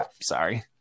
sorry